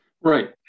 Right